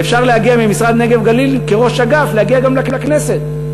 ואפשר ממשרד נגב-גליל, כראש אגף, להגיע גם לכנסת.